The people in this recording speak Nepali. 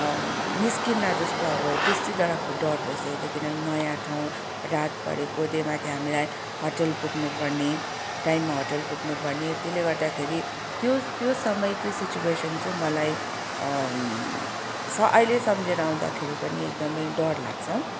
निस्किएला जस्तो अब त्यस्तो डर भइसकेको थियो किनभने नयाँ ठाउँ रात परेको त्यही माथि हामीलाई होटल पुग्नुपर्ने टाइममा होटल पुग्नुपर्ने त्यसले गर्दाखेरि त्यो त्यो समय त्यो सिचुवेसन चाहिँ मलाई स अहिले सम्झेर आउँदाखेरि पनि एकदमै डरलाग्छ